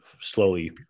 slowly